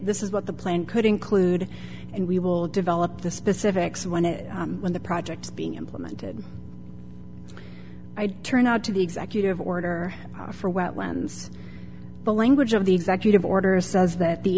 this is what the plan could include and we will develop the specifics when it when the projects being implemented i'd turn out to the executive order for wetlands the language of the executive orders says that the